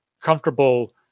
comfortable